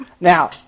Now